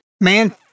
man